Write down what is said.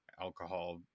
alcohol